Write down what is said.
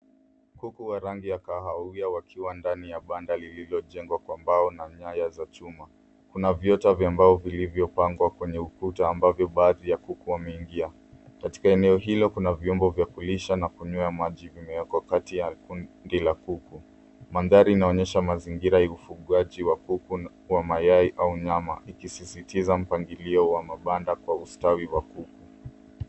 Kuku wa rangi ya kahawia wakiwa ndani ya banda lililojengwa kwa mbao na nyaya za chuma. Kuna vyota vya mbao vilivyopangwa kwenye ukuta ambavyo baadhi ya kuku wameingia. Katika eneo hilo kuna vyombo vya kulisha na kunywea maji vimewekwa kati ya kundi la kuku. Mandhari inaonyesha mazingira ya ufugaji wa kuku wa mayai au nyama ikisisitiza mpangilio wa mabanda kwa ustawi wa kuku.